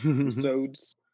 Episodes